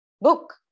book